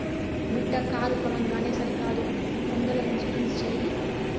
బిడ్డా కారు కొనంగానే సరికాదు ముందల ఇన్సూరెన్స్ చేయి